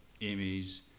Amy's